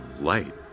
light